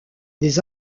des